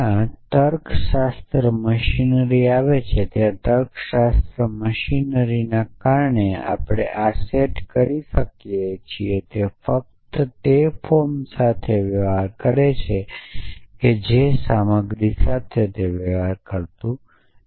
જ્યાં તર્કશાસ્ત્ર મશીનરી આવે છે કારણ કે આપણે સેટ વાપરીએ છીયે તેમાં ફક્ત તે સેટનો પ્રકાર જ દર્શાવે કરે છે અને કન્ટેન્ટ બતાવતું નથી